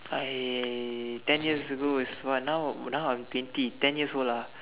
I ten years ago is what now now I'm twenty ten years old ah